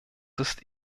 ist